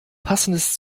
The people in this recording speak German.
passendes